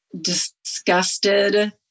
disgusted